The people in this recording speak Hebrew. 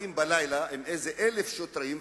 באים בלילה עם איזה 1,000 שוטרים,